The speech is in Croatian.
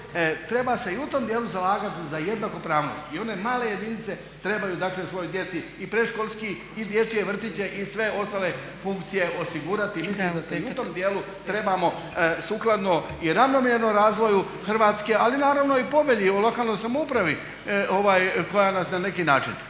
treba se i u tom dijelu zalagati za jednakopravnost. I one male jedinice trebaju dakle svojoj djeci i predškolski i dječje vrtiće i sve ostale funkcije osigurati. Mislim da se i u tom dijelu trebamo sukladno i ravnomjerno razvoju Hrvatske ali naravno i povelji o lokalnoj samoupravi koja nas na neki način.